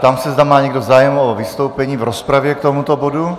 Ptám se, zda má někdo zájem o vystoupení k rozpravě k tomuto bodu.